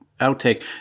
outtake